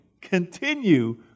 continue